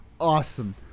awesome